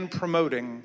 promoting